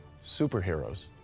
superheroes